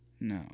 no